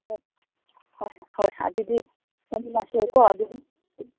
ꯍꯣꯏ ꯍꯣꯏ ꯍꯣꯏ ꯑꯗꯨꯗꯤ ꯆꯠꯃꯤꯅꯁꯦ ꯀꯣ ꯑꯗꯨꯗꯤ